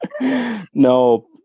No